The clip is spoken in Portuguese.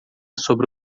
sobre